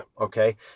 okay